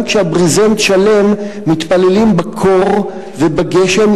גם כשהברזנט שלם בקור ובגשם,